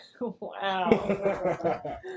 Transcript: Wow